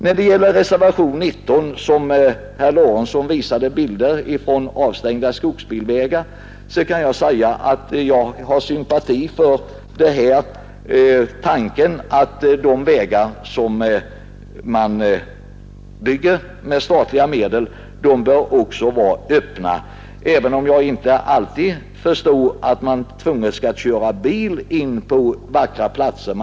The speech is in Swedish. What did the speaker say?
Vad beträffar reservationen 19, som herr Lorentzon illustrerade med bilder av avstängda skogsbilvägar, så har jag sympati för tanken att de vägar som byggs med statliga medel också bör vara öppna för allmänheten, även om jag inte alltid förstår att man tvunget skall köra bil in på vackra områden.